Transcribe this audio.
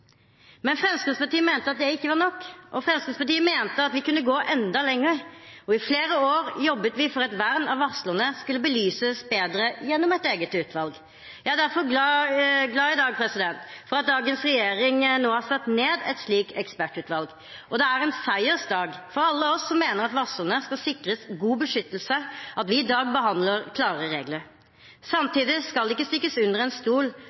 Men Fremskrittspartiet mente det ikke var nok og at vi kunne gå enda lenger. I flere år jobbet Fremskrittspartiet for at vern av varslerne skulle belyses bedre gjennom et eget utvalg. Jeg er derfor glad i dag for at dagens regjering nå har satt ned et slikt ekspertutvalg. Det er en seiersdag for alle oss som mener at varslerne skal sikres god beskyttelse, når vi i dag behandler klare regler. Samtidig skal det ikke stikkes under stol at lovbeskyttelsen må utformes på en